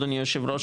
אדוני היושב-ראש,